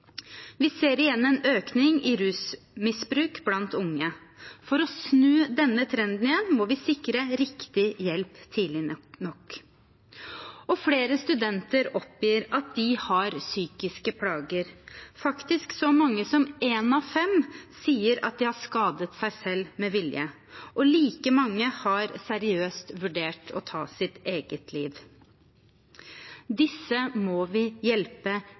Vi ser igjen en økning i rusmisbruk blant unge. For å snu denne trenden må vi sikre riktig hjelp tidlig nok. Flere studenter oppgir at de har psykiske plager. Faktisk sier så mange som én av fem at de har skadet seg selv med vilje. Like mange har seriøst vurdert å ta sitt eget liv. Disse må vi hjelpe